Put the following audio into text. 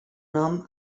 nom